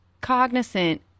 cognizant